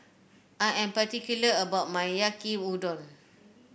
I am particular about my Yaki Udon